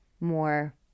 more